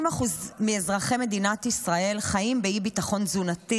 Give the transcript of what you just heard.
30% מתושבי מדינת ישראל חיים באי-ביטחון תזונתי.